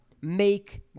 Make